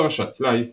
פרשת סלייס